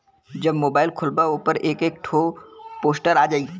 जब मोबाइल खोल्बा ओपर एक एक ठो पोस्टर आ जाई